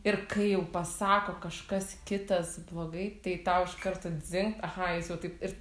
ir kai jau pasako kažkas kitas blogai tai tau iš karto dzingt aha jis jau taip ir